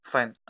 Fine